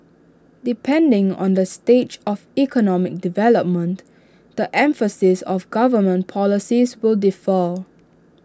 depending on the stage of economic development the emphasis of government policies will differ